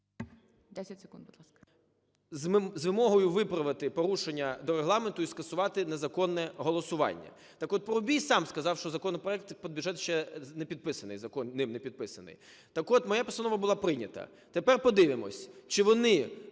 …з вимогою виправити порушення до Регламенту і скасувати незаконне голосування. Так от, Парубій сам сказав, що законопроект про бюджет ще не підписаний, Закон ним не підписаний. Так от, моя постанова була прийнята. Тепер подивимось, чи вони